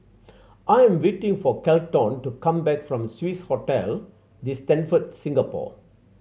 I am waiting for Kelton to come back from Swissotel The Stamford Singapore